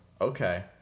okay